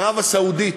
ערב-הסעודית,